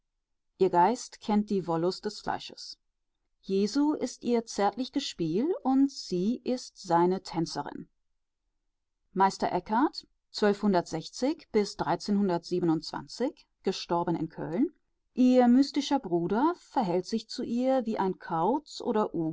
ihr geist kennt die wollust des fleisches jesus ist ihr zärtliches gespiel und sie seine tänzerin meister e in köln ihr mystischer bruder verhält sich zu ihr wie ein kauz oder